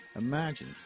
Imagine